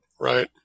right